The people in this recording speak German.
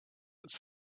ist